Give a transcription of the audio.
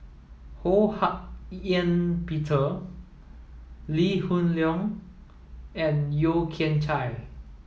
Ho Hak Ean Peter Lee Hoon Leong and Yeo Kian Chai